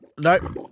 no